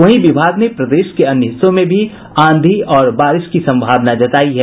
वहीं विभाग ने प्रदेश के अन्य हिस्सों में भी आंधी और बारिश की संभावना जतायी है